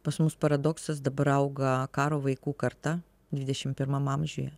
pas mus paradoksas dabar auga karo vaikų karta dvidešim pirmam amžiuje